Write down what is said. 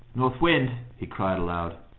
north wind! he cried aloud,